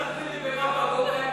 אתה יכול להסביר לי במה פגעו בהם?